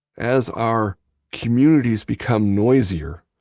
as our communities become noisier,